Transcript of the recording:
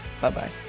Bye-bye